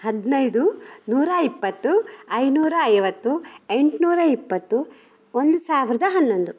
ಹದಿನೈದು ನೂರಾ ಇಪ್ಪತ್ತು ಐನೂರ ಐವತ್ತು ಎಂಟುನೂರ ಇಪ್ಪತ್ತು ಒಂದು ಸಾವಿರದ ಹನ್ನೊಂದು